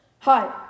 hi